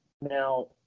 now